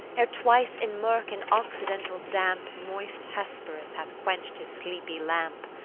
ere twice in murk and occidental damp moist hesperus hath quench'd his sleepy lamp,